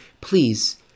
please